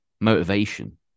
motivation